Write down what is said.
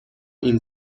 این